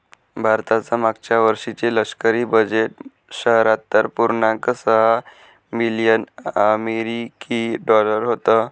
भारताचं मागच्या वर्षीचे लष्करी बजेट शहात्तर पुर्णांक सहा बिलियन अमेरिकी डॉलर होतं